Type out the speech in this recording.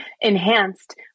enhanced